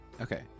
Okay